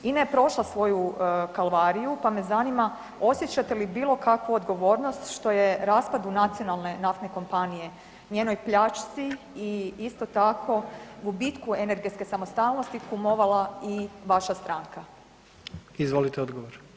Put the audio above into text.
INA je prošla svoju kalvariju pa me zanima osjećate li bilo kakvu odgovornost što je raspadu nacionalne naftne kompanije, njenoj pljačci i isto tako gubitku energetske samostalnosti kumovala i vaša stranka?